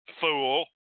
fool